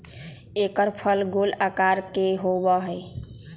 एकर फल गोल आकार के होबा हई